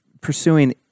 pursuing